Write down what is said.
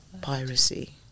piracy